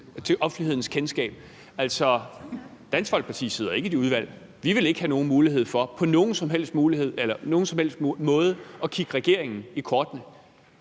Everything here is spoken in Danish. til offentlighedens kendskab? Altså, Dansk Folkeparti sidder ikke i det udvalg. Vi vil ikke have nogen mulighed for på nogen som helst måde at kigge regeringen i kortene.